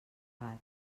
gats